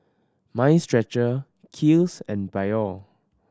Mind Stretcher Kiehl's and Biore